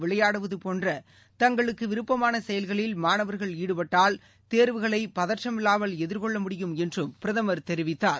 விளையாடுவது போன்ற தங்களுக்கு விருப்பமாள செயல்களில் மாணவர்கள் ஈடுபட்டால் தேர்வுகளை பதற்றமில்லாமல் எதிர்கொள்ள முடியும் என்று பிரதமர் தெரிவித்தார்